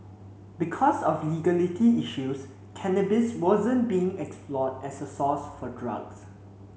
because of legality issues cannabis wasn't being explored as a source for drugs